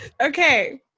Okay